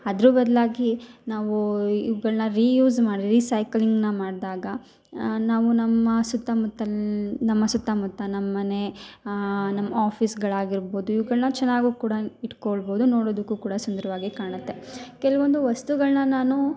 ಅದ್ರ ಬದ್ಲಾಗಿ ನಾವು ಇವ್ಗಳ್ನ ರೀಯೂಸ್ ಮಾಡಿ ರೀ ಸೈಕಲಿಂಗ್ನ ಮಾಡ್ದಾಗ ನಾವು ನಮ್ಮ ಸುತ್ತಮುತ್ತ ನಮ್ಮ ಸುತ್ತಮುತ್ತ ನಮ್ಮ ಮನೆ ನಮ್ಮ ಆಫೀಸ್ಗಳಾಗ ಇರ್ಬೋದು ಇವ್ಗಳ್ನ ಚೆನ್ನಾಗೂ ಕೂಡ ಇಟ್ಕೊಳ್ಬೋದು ನೋಡೋದಕ್ಕು ಕೂಡ ಸುಂದರವಾಗಿ ಕಾಣತ್ತೆ ಕೆಲವೊಂದು ವಸ್ತುಗಳ್ನ ನಾನು